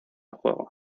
juego